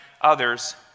others